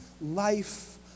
life